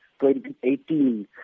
2018